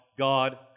God